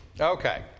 Okay